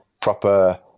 proper